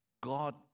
God